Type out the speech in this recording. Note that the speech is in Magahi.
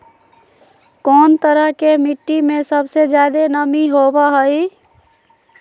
कौन तरह के मिट्टी में सबसे जादे नमी होबो हइ?